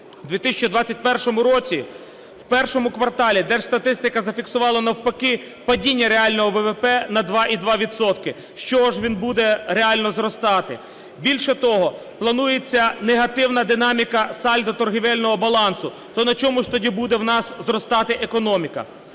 2021 році в першому кварталі держстатистика зафіксувала навпаки падіння реального ВВП на 2,2 відсотка. З чого ж він буде реально зростати? Більше того, планується негативна динаміка сальдо торговельного балансу. То на чому ж тоді буде в нас зростати економіка?